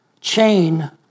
chain